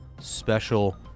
special